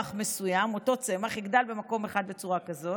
צמח מסוים, אותו צמח, יגדל במקום אחד בצורה כזו,